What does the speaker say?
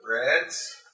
Reds